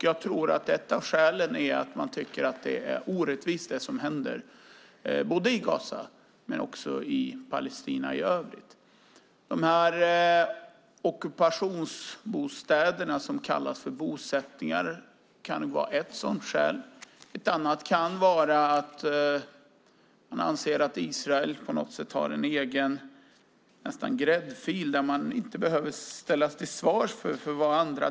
Jag tror att ett av skälen är att man tycker att det som händer i Gaza och i Palestina i övrigt är orättvist. Dessa ockupationsbostäder som kallas för bosättningar kan vara ett sådant skäl. Ett annat kan vara att man anser att Israel på något sätt nästan har en egen gräddfil där man inte behöver ställas till svars.